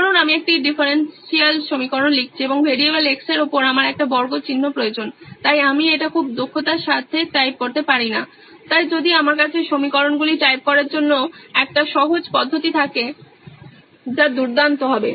ধরুন আমি একটি ডিফারেনশিয়াল সমীকরণ লিখছি এবং ভেরিয়েবল x এর উপর আমার একটি বর্গ চিহ্ন প্রয়োজন তাই আমি এটি খুব দক্ষতার সাথে টাইপ করতে পারি না তাই যদি আমার কাছে সমীকরণগুলি টাইপ করার জন্য একটি সহজ পদ্ধতি থাকে যা দুর্দান্ত হবে